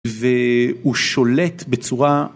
והוא שולט בצורה